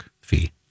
fee